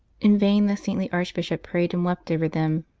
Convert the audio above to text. in vain the saintly archbishop prayed and wept over them,